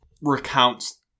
recounts